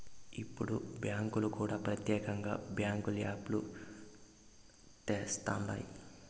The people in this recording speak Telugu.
ఇప్పుడు బ్యాంకులు కూడా ప్రత్యేకంగా బ్యాంకుల యాప్ లు తెస్తండాయి